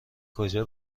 کجا